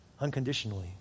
unconditionally